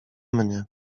mnie